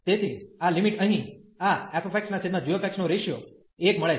તેથી આ લિમિટ અહીં આ f g નો રેશીયો 1 મળે છે